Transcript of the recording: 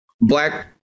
black